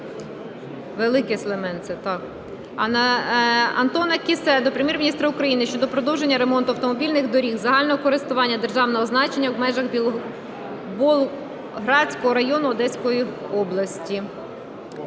Антона Кіссе до Прем'єр-міністра України щодо продовження ремонту автомобільних доріг загального користування державного значення в межах Болградського району Одеської області.